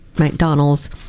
mcdonald's